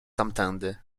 tamtędy